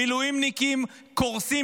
מילואימניקים קורסים,